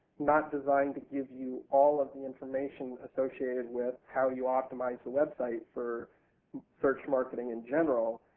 not designed to give you all of the information associated with how you optimize the website for search marketing in general.